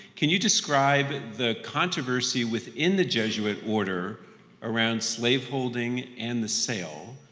can you describe the controversy within the jesuit order around slave holding and the sale,